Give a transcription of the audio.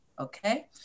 okay